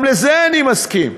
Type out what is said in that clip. גם לזה אני מסכים.